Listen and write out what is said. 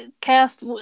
cast